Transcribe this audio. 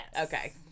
Okay